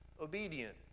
obedient